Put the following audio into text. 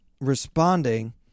responding